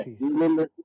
remember